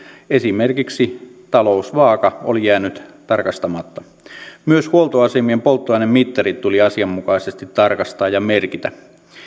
esimerkiksi talousvaaka oli jäänyt tarkastamatta myös huoltoasemien polttoainemittarit tuli asianmukaisesti tarkastaa ja merkitä